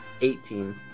Eighteen